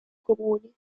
comuni